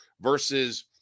versus